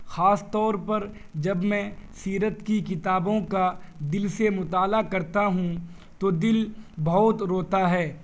خاص طور پر جب میں سیرت کی کتابوں کا دل سے مطالعہ کرتا ہوں تو دل بہت روتا ہے